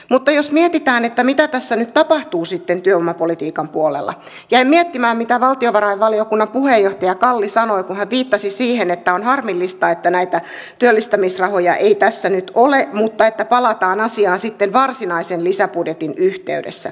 mutta jos mietitään mitä tässä nyt tapahtuu sitten työvoimapolitiikan puolella jäin miettimään mitä valtiovarainvaliokunnan puheenjohtaja kalli sanoi kun hän viittasi siihen että on harmillista että näitä työllistämisrahoja ei tässä nyt ole mutta että palataan asiaan sitten varsinaisen lisäbudjetin yhteydessä